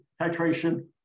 titration